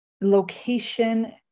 location